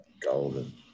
Golden